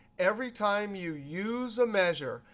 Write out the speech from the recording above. every time you use a measure,